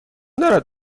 دارد